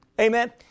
Amen